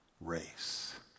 race